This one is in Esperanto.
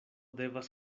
devas